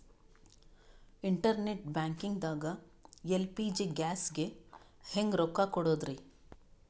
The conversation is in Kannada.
ಇಂಟರ್ನೆಟ್ ಬ್ಯಾಂಕಿಂಗ್ ದಾಗ ಎಲ್.ಪಿ.ಜಿ ಗ್ಯಾಸ್ಗೆ ಹೆಂಗ್ ರೊಕ್ಕ ಕೊಡದ್ರಿ?